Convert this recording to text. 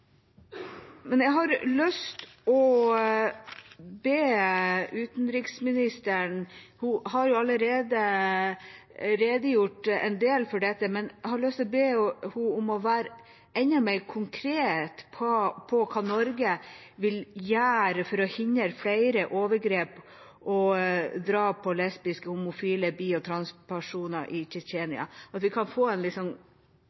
men jeg har lyst til å be henne være enda mer konkret på hva Norge vil gjøre for å hindre flere overgrep og drap på lesbiske, homofile, bifile og transpersoner i